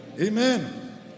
Amen